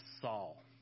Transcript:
Saul